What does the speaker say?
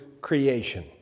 creation